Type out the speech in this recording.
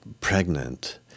pregnant